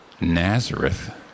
Nazareth